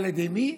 על ידי מי?